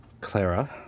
Clara